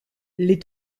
les